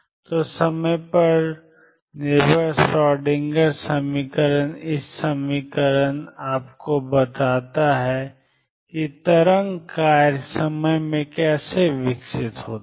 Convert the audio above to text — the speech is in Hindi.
तो समय पर निर्भर श्रोडिंगर समीकरण iℏ∂ψ∂tH आपको बताता है कि तरंग कार्य समय में कैसे विकसित होते हैं